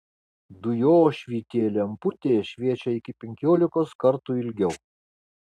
dujošvytė lemputė šviečia iki penkiolikos kartų ilgiau